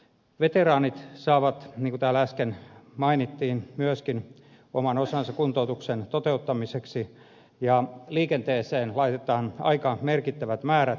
veteraanit saavat niin kuin täällä äsken mainittiin myöskin oman osansa kuntoutuksen toteuttamiseksi ja liikenteeseen laitetaan aika merkittävät määrät